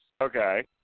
Okay